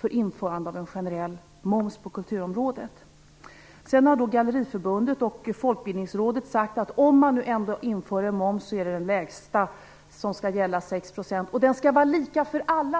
till införande av en generell moms på kulturområdet. Galleriförbundet och Folkbildningsrådet har sagt att om man ändå inför moms skall den lägsta momsen gälla, 6 %, och den skall vara lika för alla.